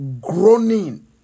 groaning